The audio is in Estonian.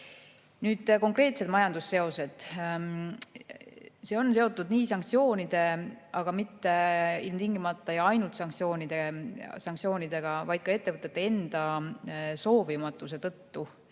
konkreetsetest majandusseostest. Need on seotud sanktsioonidega, aga mitte ilmtingimata ja ainult sanktsioonidega, vaid ka ettevõtete enda soovimatusega